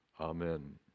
amen